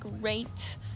great